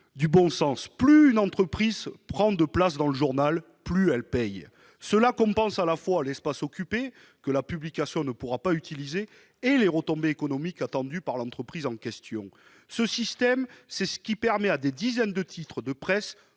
du bon sens : plus une entreprise prend de place dans le journal, plus elle paie. Cela compense à la fois l'espace occupé que la publication ne pourra pas utiliser et les retombées économiques attendues par l'entreprise en question. Ce système, c'est ce qui permet à des dizaines de titres de presse,